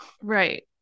Right